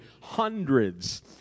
hundreds